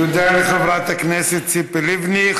תודה לחברת הכנסת ציפי לבני.